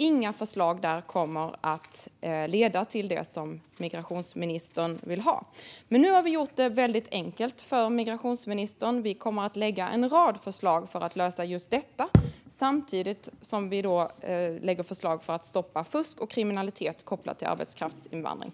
Inga förslag där kommer att leda till det som migrationsministern vill ha. Nu har vi gjort det väldigt enkelt för migrationsministern. Vi kommer att lägga fram en rad förslag för att lösa just detta, samtidigt som vi lägger fram förslag för att stoppa fusk och kriminalitet kopplat till arbetskraftsinvandring.